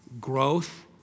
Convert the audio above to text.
growth